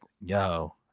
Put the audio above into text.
yo